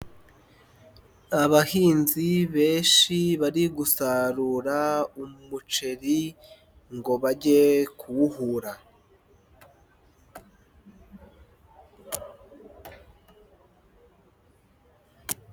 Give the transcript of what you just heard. Abahinzi benshi bari gusarura umuceri ngo bajye kuwuhura.